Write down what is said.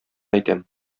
әйтәм